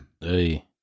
hey